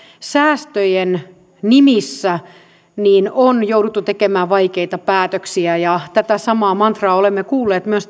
säästöjen nimissä on jouduttu tekemään vaikeita päätöksiä ja tätä samaa mantraa olemme kuulleet myös